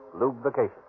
lubrication